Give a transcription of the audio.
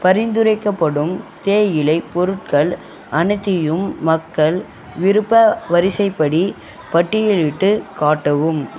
பரிந்துரைக்கப்படும் தேயிலை பொருட்கள் அனைத்தையும் மக்கள் விருப்ப வரிசைப்படி பட்டியலிட்டு காட்டவும்